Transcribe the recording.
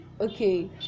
Okay